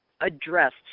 addressed